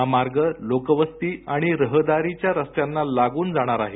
हा मार्ग लोकवस्ती आणि रहदारीच्या रस्त्यांना लागून जाणार आहे